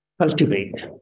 cultivate